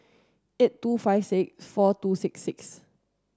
eight two five six four two six six